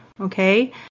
okay